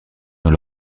dans